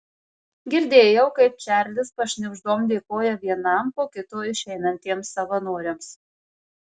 girdėjau kaip čarlis pašnibždom dėkoja vienam po kito išeinantiems savanoriams